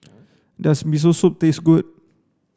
does Miso Soup taste good